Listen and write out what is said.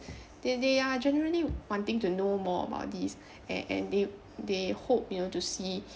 that they are generally wanting to know more about this a~ and they they hope you know to see